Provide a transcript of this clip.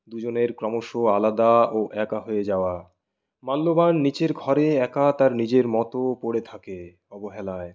দুজনের ক্রমশ আলাদা ও একা হয়ে যাওয়া মাল্যবান নীচের ঘরে একা তার নিজের মতো পড়ে থাকে অবহেলায়